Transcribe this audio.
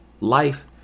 life